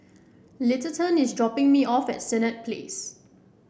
Littleton is dropping me off at Senett Place